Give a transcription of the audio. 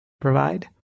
provide